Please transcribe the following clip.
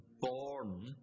born